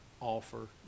offer